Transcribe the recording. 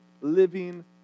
living